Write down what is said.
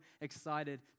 excited